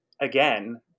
again